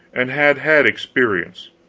and had had experience.